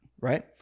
Right